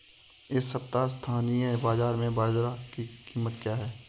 इस सप्ताह स्थानीय बाज़ार में बाजरा की कीमत क्या है?